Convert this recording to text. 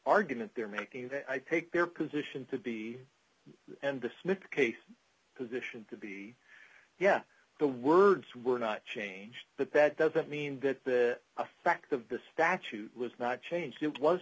argument they're making that i take their position to be dismissed the case position to be yes the words were not changed but that doesn't mean that the effect of the statute was not changed it was